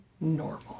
normal